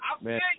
Man